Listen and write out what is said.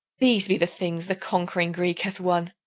these be the things the conquering greek hath won!